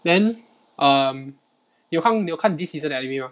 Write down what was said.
then um 你有看你有看 this season 的 anime 吗